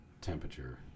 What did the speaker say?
temperature